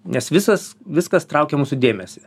nes visas viskas traukia mūsų dėmesį